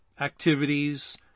activities